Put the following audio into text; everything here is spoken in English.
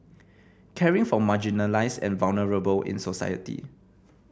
caring for marginalised and vulnerable in society